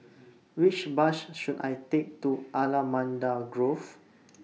Which Bus should I Take to Allamanda Grove